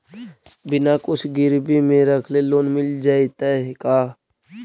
बिना कुछ गिरवी मे रखले लोन मिल जैतै का?